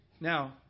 Now